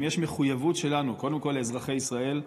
אם יש מחויבות שלנו קודם כול לאזרחי ישראל,